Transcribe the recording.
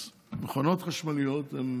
אז מכוניות חשמליות הן